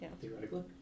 theoretically